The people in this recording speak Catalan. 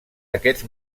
aquests